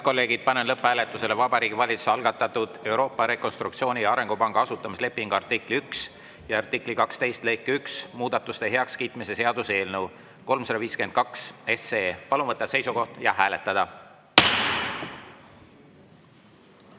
kolleegid, panen lõpphääletusele Vabariigi Valitsuse algatatud Euroopa Rekonstruktsiooni‑ ja Arengupanga asutamislepingu artikli 1 ja artikli 12 lõike 1 muudatuste heakskiitmise seaduse eelnõu 352. Palun võtta seisukoht ja hääletada!